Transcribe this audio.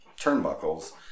turnbuckles